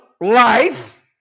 life